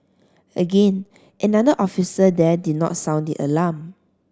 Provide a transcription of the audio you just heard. again another officer there did not sound the alarm